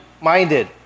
minded